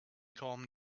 calmed